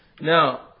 Now